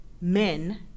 men